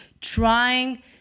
trying